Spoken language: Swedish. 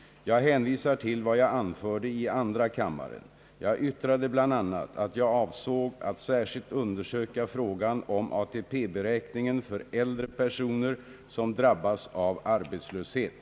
Jag hänvisar till vad jag anförde i andra kammaren. Jag yttrade bl.a. att jag avsåg att särskilt undersöka frågan om ATP beräkningen för äldre personer, som drabbas av arbetslöshet.